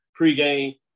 pregame